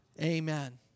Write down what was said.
Amen